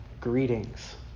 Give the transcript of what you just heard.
greetings